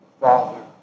father